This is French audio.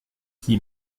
qui